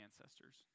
ancestors